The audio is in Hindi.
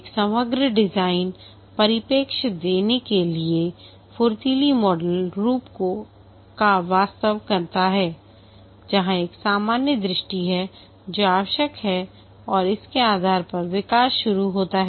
एक समग्र डिजाइन परिप्रेक्ष्य देने के लिए फुर्तीली मॉडल रूपकों का प्रस्ताव करता है जहां एक सामान्य दृष्टि है जो आवश्यक है और इसके आधार पर विकास शुरू होता है